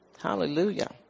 Hallelujah